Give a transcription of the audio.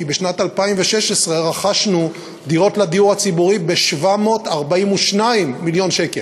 כי בשנת 2016 רכשנו דירות לדיור הציבורי ב-742 מיליון שקל.